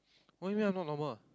why weird not normal